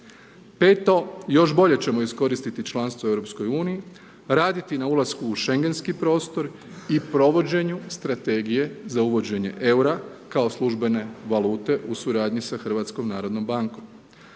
Peto, još bolje ćemo iskoristit članstvo u EU, raditi na ulasku u Schengenski prostor i provođenju strategije za uvođenje eura kao službene valute u suradnji sa HNB-om.